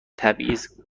تبعیض